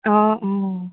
অঁ অঁ